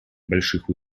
больших